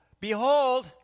Behold